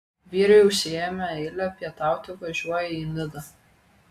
vyrai užsiėmę eilę pietauti važiuoja į nidą